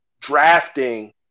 drafting